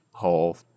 Whole